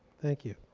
thank you.